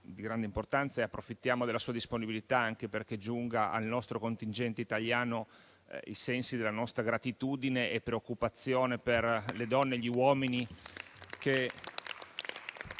di grande importanza. Approfittiamo della sua disponibilità anche perché giungano al nostro contingente italiano i sensi della nostra gratitudine e preoccupazione per le donne e gli uomini che